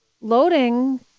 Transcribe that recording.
Loading